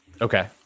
Okay